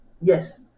Yes